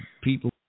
people